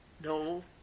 no